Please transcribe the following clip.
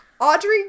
Audrey